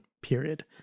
period